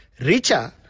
Richa